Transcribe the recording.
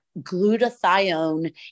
glutathione